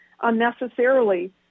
unnecessarily